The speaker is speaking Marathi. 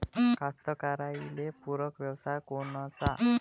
कास्तकाराइले पूरक व्यवसाय कोनचा?